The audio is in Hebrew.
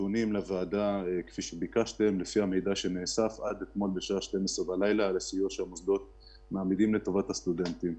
נתונים לוועדה בנוגע לסיוע שהמוסדות מעמידים לטובת הסטודנטים.